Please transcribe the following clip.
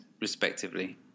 respectively